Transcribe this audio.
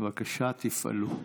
בבקשה, תפעלו.